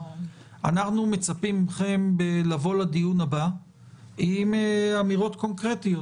אנחנו מצפים מכם לבוא לדיון הבא עם אמירות קונקרטיות.